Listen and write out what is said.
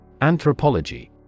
Anthropology